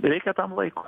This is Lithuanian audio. reikia tam laiko